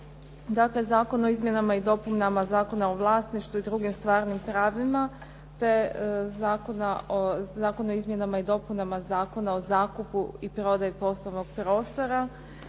dakle Zakon o izmjenama i dopunama Zakona o vlasništvu i drugim stvarnim pravima te Zakona o izmjenama i dopunama Zakona o zakupu i prodaju poslovnog prostora